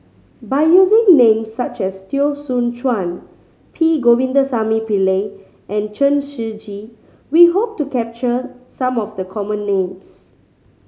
by using names such as Teo Soon Chuan P Govindasamy Pillai and Chen Shiji we hope to capture some of the common names